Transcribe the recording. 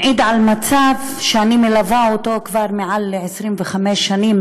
מעיד על מצב שאני מלווה אותו כבר יותר מ-25 שנים,